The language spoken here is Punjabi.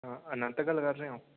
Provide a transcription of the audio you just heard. ਹਾਂ ਅਨੰਤ ਗੱਲ ਕਰ ਰਹੇ ਓਂ